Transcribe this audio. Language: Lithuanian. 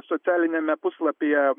socialiniame puslapyje